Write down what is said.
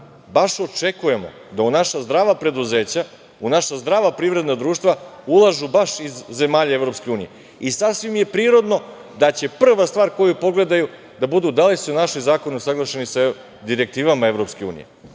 baš očekujemo da u naša zdrava preduzeća, u naša zdrava privredna društva ulažu baš iz zemalja EU. I sasvim je prirodno da će prva stvar koju pogledaju da budu da li su naši zakoni usaglašeni sa direktivama